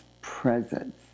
presence